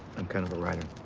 i'm kind of a writer.